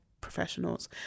professionals